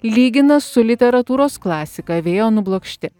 lygina su literatūros klasika vėjo nublokšti